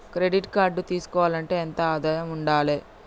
Credit card తీసుకోవాలంటే ఎంత ఆదాయం ఉండాలే?